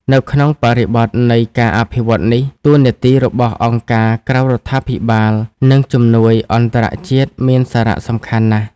នៅក្នុងបរិបទនៃការអភិវឌ្ឍនេះ តួនាទីរបស់អង្គការក្រៅរដ្ឋាភិបាល និងជំនួយអន្តរជាតិមានសារៈសំខាន់ណាស់។